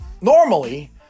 normally